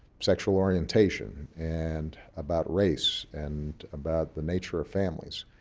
sexual orientation, and about race, and about the nature of families.